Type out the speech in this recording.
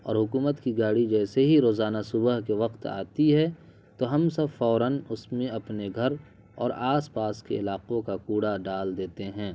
اور حکومت کی گاڑی جیسے ہی روزانہ صبح کے وقت آتی ہے تو ہم سب فوراً اس میں اپنے گھر اور آس پاس کے علاقوں کا کوڑا ڈال دیتے ہیں